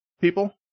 people